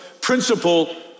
principle